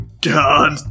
God